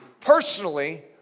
personally